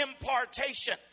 impartation